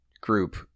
group